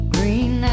Green